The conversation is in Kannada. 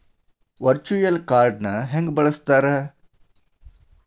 ವರ್ಚುಯಲ್ ಕಾರ್ಡ್ನ ಹೆಂಗ ಬಳಸ್ತಾರ?